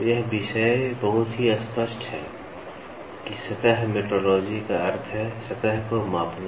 तो यह विषय से ही बहुत स्पष्ट है कि सतह मेट्रोलॉजी का अर्थ है सतह को मापना